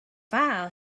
file